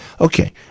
Okay